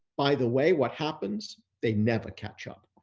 by the way, what happens? they never catch up.